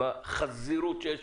עם החזירוּת שיש